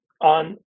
on